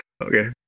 Okay